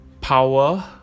power